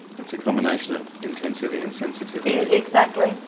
it's a combination of intensity and sensitivity. exactly,